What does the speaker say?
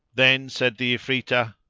then said the ifritah,